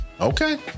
Okay